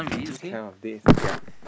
cannot please yea